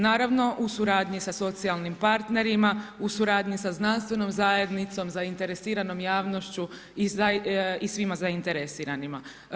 Naravno u suradnji sa socijalnim partnerima, u suradnji sa znanstvenom zajednicom, zainteresiranom javnošću i svima zainteresiranima.